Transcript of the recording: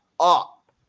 Up